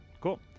cool